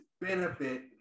benefit